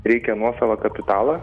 reikia nuosavą kapitalą